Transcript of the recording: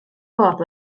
bwrdd